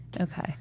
Okay